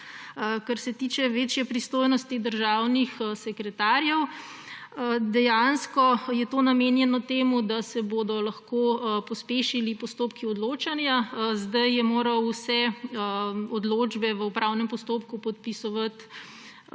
Kar se tiče večje pristojnosti državnih sekretarjev. Dejansko je to namenjeno temu, da se bodo lahko pospešili postopki odločanja. Zdaj je moral vse odločbe v upravnem postopku podpisovati